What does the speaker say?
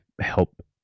help